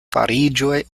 fariĝoj